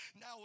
Now